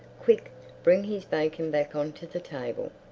quick bring his bacon back on to the table.